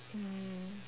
mm